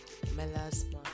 melasma